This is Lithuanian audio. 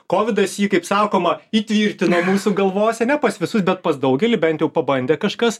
kovidas jį kaip sakoma įtvirtino mūsų galvose ne pas visus bet pas daugelį bent jau pabandė kažkas